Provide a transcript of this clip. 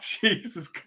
Jesus